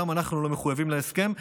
גם אנחנו לא מחויבים להסכם.